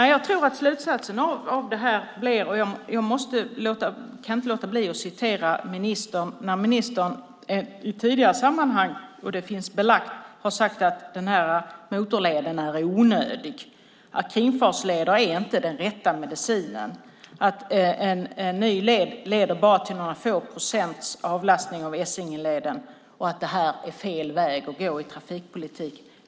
Jag kan inte låta bli att nämna det ministern sagt i tidigare sammanhang - det finns belagt - nämligen att motorleden är onödig, att kringfartsleder inte är den rätta medicinen, att en ny led endast leder till några få procents avlastning av Essingeleden och att detta är fel väg att gå i trafikpolitiken.